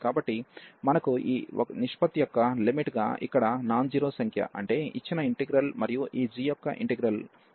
కాబట్టి మనకు ఈ నిష్పత్తి యొక్క లిమిట్ గా ఇక్కడ నాన్ జీరో సంఖ్య అంటే ఇచ్చిన ఇంటిగ్రల్ మరియు ఈ g యొక్క ఇంటిగ్రల్ ఉంటుంది